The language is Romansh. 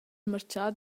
marchà